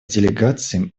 делегациям